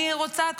אני רוצה,